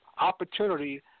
opportunity